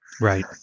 Right